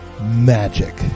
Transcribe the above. Magic